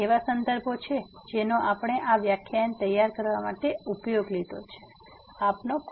આ એવા સંદર્ભો છે જેનો આપણે આ વ્યાખ્યાન તૈયાર કરવા માટે ઉપયોગમાં લીધા છે અને